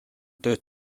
tööd